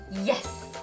Yes